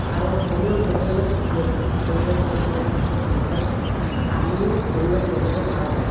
আৰু সৰিয়হ লগে লগে ছটিয়াই দিয়ে সৰিয়হ ছটিওৱা পাছতেই সৰিয়হ তোলে আলুও সৰিয়হ লগতে কৰা হয়